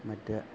മറ്റ്